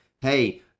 Hey